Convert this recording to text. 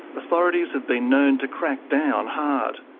authorities have been known to crackdown hard.